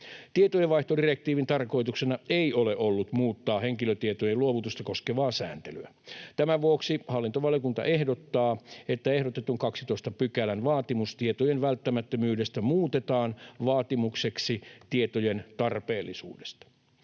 Tietojenvaihtodirektiivin tarkoituksena ei ole ollut muuttaa henkilötietojen luovutusta koskevaa sääntelyä. Tämän vuoksi hallintovaliokunta ehdottaa, että ehdotetun 12 §:n vaatimus tietojen välttämättömyydestä muutetaan vaatimukseksi tietojen tarpeellisuudesta.